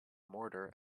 mortar